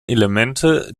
elemente